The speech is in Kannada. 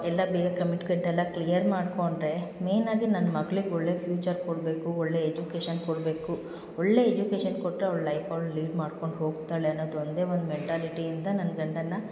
ಎಲ್ಲ ಬೇರೆ ಕಮಿಟ್ಗೆಟ್ ಎಲ್ಲ ಕ್ಲಿಯರ್ ಮಾಡಿಕೊಂಡ್ರೆ ಮೇನ್ ಆಗಿ ನನ್ನ ಮಗ್ಳಿಗೆ ಒಳ್ಳೆಯ ಫ್ಯೂಚರ್ ಕೊಡಬೇಕು ಒಳ್ಳೆಯ ಎಜುಕೇಷನ್ ಕೊಡಬೇಕು ಒಳ್ಳೆಯ ಎಜುಕೇಷನ್ ಕೊಟ್ಟರೆ ಅವ್ಳ ಲೈಫ್ ಅವ್ಳ ಲೀಡ್ ಮಾಡ್ಕೊಂಡು ಹೋಗ್ತಾಳೆ ಅನ್ನೋದು ಒಂದೇ ಒಂದು ಮೆಂಟಾಲಿಟಿಯಿಂದ ನನ್ನ ಗಂಡನ್ನ